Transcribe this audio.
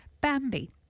Bambi